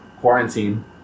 quarantine